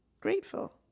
grateful